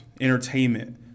entertainment